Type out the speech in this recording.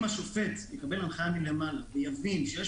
אם השופט יקבל הנחיה מלמעלה ויבין שיש